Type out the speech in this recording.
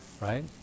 right